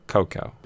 Coco